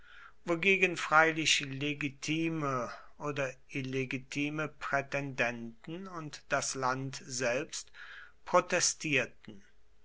wogegen freilich legitime oder illegitime prätendenten und das land selbst protestierten